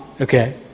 okay